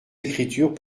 écritures